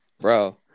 Bro